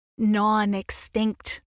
non-extinct